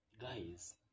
guys